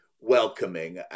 welcoming